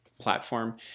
platform